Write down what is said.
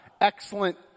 excellent